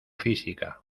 física